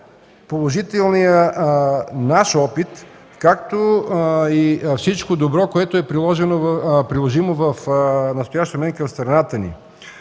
положителния наш опит, както и всичко добро, което е приложимо в настоящия момент към страната ни.